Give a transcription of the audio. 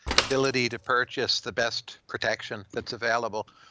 ability to purchase the best protection that's available?